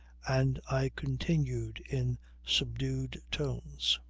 and i continued in subdued tones.